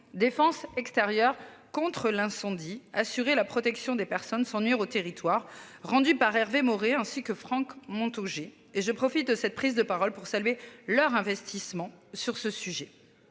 défense extérieure contre l'incendie, assurer la protection des personnes sans nuire au territoire rendu par Hervé Maurey, ainsi que Franck Montaugé et je profite de cette prise de parole pour saluer leur investissement sur ce sujet.